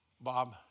Bob